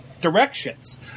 directions